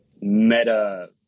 meta